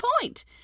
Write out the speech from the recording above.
point